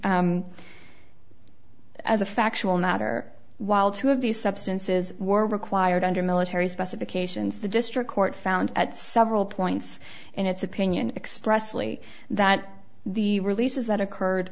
as a factual matter while two of these substances were required under military specifications the district court found at several points in its opinion expressly that the releases that occurred